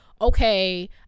okay